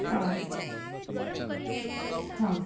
હા હ